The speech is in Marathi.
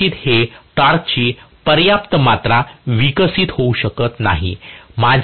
कदाचित हेटॉर्कची पर्याप्त मात्रा विकसित होऊ शकत नाही